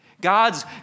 god's